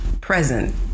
present